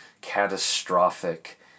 catastrophic